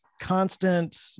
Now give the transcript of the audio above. constant